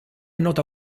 nota